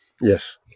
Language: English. Yes